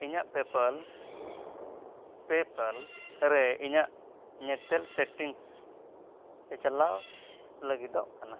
ᱤᱧᱟᱹᱜ PayPal PayPal ᱨᱮ ᱤᱧᱟᱹᱜ ᱧᱮᱛᱮᱞ ᱥᱮᱴᱤᱝᱥ ᱪᱟᱪᱞᱟᱣ ᱞᱟᱹᱜᱤᱫᱚᱜ ᱠᱟᱱᱟ